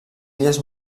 illes